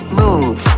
move